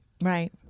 Right